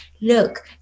look